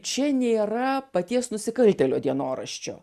čia nėra paties nusikaltėlio dienoraščio